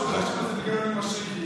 שלא יחשבו שזה בגלל יוני מישרקי.